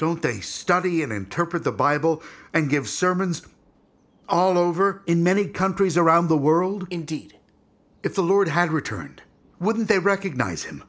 don't they study and interpret the bible and give sermons all over in many countries around the world indeed if the lord had returned wouldn't they recognise him